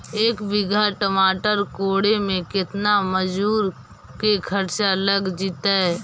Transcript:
एक बिघा टमाटर कोड़े मे केतना मजुर के खर्चा लग जितै?